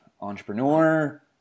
entrepreneur